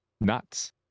Nuts